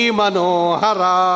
Manohara